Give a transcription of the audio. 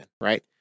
right